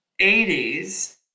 80s